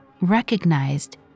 recognized